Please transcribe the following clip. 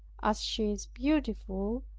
as she is beautiful,